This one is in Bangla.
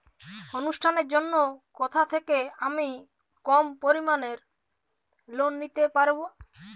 অনুষ্ঠানের জন্য কোথা থেকে আমি কম পরিমাণের লোন নিতে পারব?